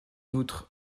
outre